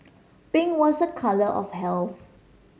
pink was a colour of health